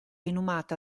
inumata